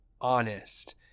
honest